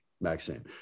Maxine